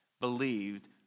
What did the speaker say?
believed